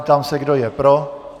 Ptám se, kdo je pro.